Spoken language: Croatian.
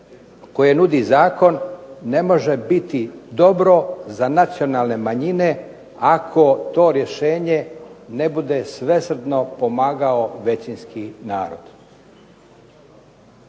koje nudi zakon ne može biti dobro za nacionalne manjine ako to rješenje ne bude svesrdno pomagao većinski narod.